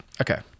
Okay